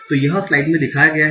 तो यह स्लाइड में दिखाया गया है